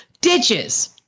ditches